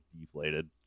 deflated